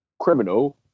Criminal